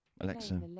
Alexa